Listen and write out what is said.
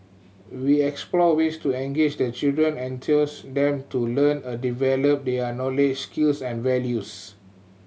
we explore ways to engage the children and enthuse them to learn a develop their knowledge skills and values